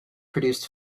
produced